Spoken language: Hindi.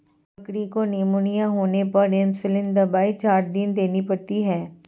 बकरी को निमोनिया होने पर एंपसलीन दवाई चार दिन देनी पड़ती है